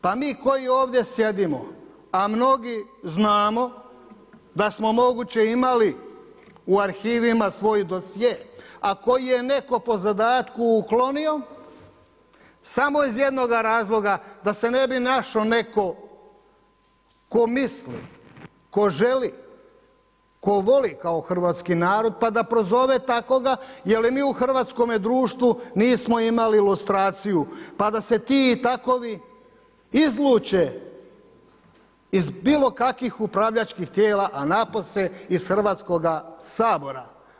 Pa mi koji ovdje sjedimo, a mnogi znamo da smo moguće imali u arhivima svoj dosje, a koji je netko po zadatku uklonio, samo iz jednoga razloga da se ne bi našao netko tko misli, tko želi, tko voli kao hrvatski narod, pa da prozove takvoga jer i mi u hrvatskome društvu nismo imali lustraciju, pa da se ti i takovi izluče iz bilo kakvih upravljačkih tijela, a napose iz Hrvatskoga sabora.